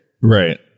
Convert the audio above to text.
Right